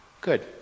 good